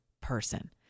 person